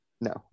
No